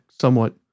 somewhat